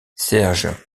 serge